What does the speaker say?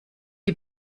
die